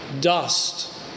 dust